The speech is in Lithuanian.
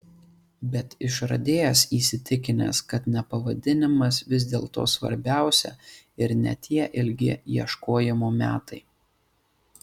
bet išradėjas įsitikinęs kad ne pavadinimas vis dėlto svarbiausia ir ne tie ilgi ieškojimo metai